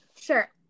sure